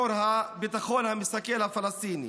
יו"ר הביטחון המסכל הפלסטיני: